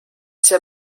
see